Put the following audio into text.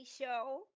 Show